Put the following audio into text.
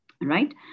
Right